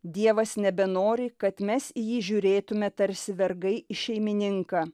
dievas nebenori kad mes į jį žiūrėtume tarsi vergai į šeimininką